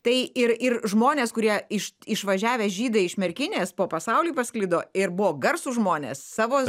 tai ir ir žmonės kurie išvažiavę žydai iš merkinės po pasaulį pasklido ir buvo garsūs žmonės savo